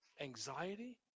anxiety